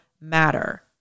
matter